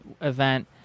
Event